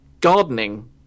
gardening